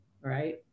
right